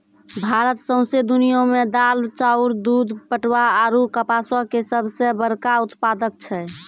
भारत सौंसे दुनिया मे दाल, चाउर, दूध, पटवा आरु कपासो के सभ से बड़का उत्पादक छै